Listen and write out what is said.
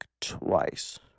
twice